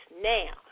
Now